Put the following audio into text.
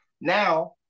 Now